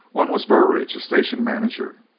one was burridge, a station manager,